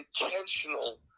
intentional